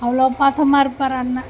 அவ்வளோ பாசமாயிருப்பாரு அண்ணன்